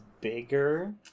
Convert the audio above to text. bigger